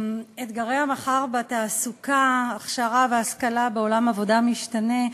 אתגרי המחר בתעסוקה: הכשרה והשכלה בעולם עבודה משתנה,